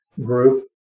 group